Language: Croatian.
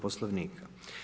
Poslovnika.